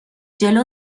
جلو